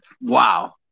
wow